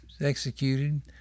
executed